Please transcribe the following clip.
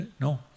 No